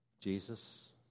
Jesus